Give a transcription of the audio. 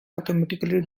automatically